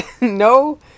No